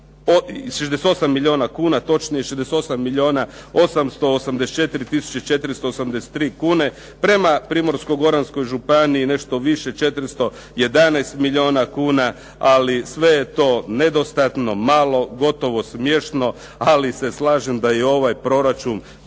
68 milijuna kuna, točnije 68 milijuna 884 tisuće 483 kune, prema Primorsko-goranskoj županiji nešto više 411 milijuna kuna, ali sve je to nedostatno, malo, gotovo smiješno, ali se slažem da je i ovaj proračun biti